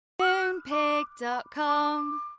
Moonpig.com